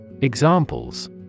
Examples